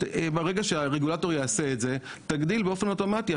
ברגע שהרגולטור יעשה את זה תגדיל באופן אוטומטי,